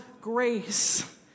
grace